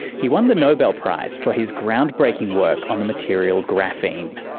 he won the nobel prize for his ground-breaking work on the material graphene,